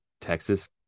Texas